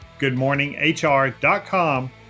goodmorninghr.com